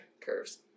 curves